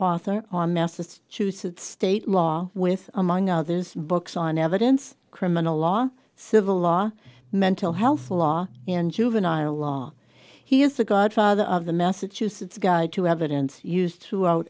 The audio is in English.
author on massachusetts state law with among others books on evidence criminal law civil law mental health law in juvenile law he is the godfather of the massachusetts guide to evidence used t